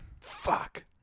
Fuck